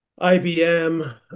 IBM